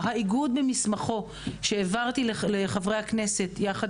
האיגוד במסמכו שהעברתי לחברי הכנסת יחד